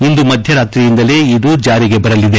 ಇಂದು ಮಧ್ಯರಾತ್ರಿಯಿಂದಲೇ ಇದು ಜಾರಿಗೆ ಬರಲಿದೆ